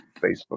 Facebook